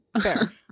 fair